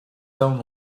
own